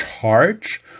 Charge